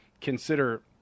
Consider